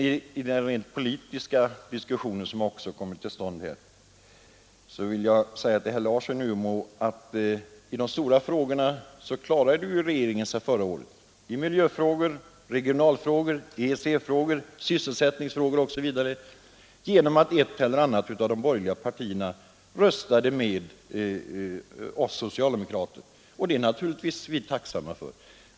I den rent politiska diskussionen vill jag säga till herr Larsson i Umeå att i de stora frågorna klarade sig regeringen förra året — i miljöfrågor, regionalfrågor, EEC-frågor, sysselsättningsfrågor osv. — genom att ett eller annat av de borgerliga partierna röstade med oss socialdemokrater, och det är vi naturligtvis tacksamma för.